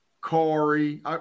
Corey